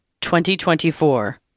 2024